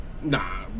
Nah